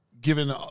given